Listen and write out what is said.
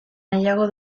nahiago